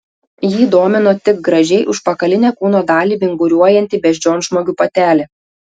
jį domino tik gražiai užpakalinę kūno dalį vinguriuojanti beždžionžmogių patelė